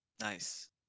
Nice